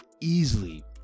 easily